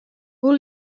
hoe